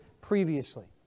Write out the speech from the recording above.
previously